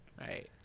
right